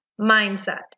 mindset